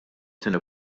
tieni